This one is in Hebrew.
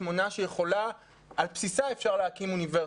שמונה שעל בסיסה אפשר להקים אוניברסיטה.